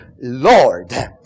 Lord